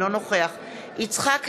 אינו נוכח יצחק הרצוג,